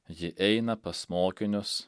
ji eina pas mokinius